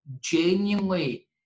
genuinely